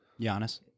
Giannis